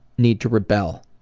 need to rebel.